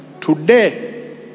Today